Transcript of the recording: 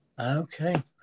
okay